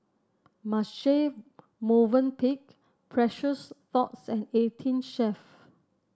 Marche Movenpick Precious Thots and Eighteen Chef